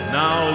now